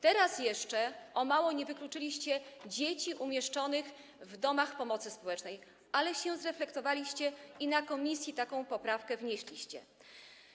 Teraz jeszcze o mało nie wykluczyliście dzieci umieszczonych w domach pomocy społecznej, ale się zreflektowaliście i w komisji taką poprawkę wnieśliście.